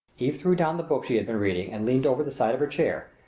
eve threw down the book she had been reading and leaned over the side of her chair,